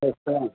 okay sir